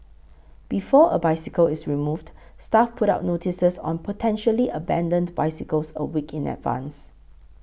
before a bicycle is removed staff put up notices on potentially abandoned bicycles a week in advance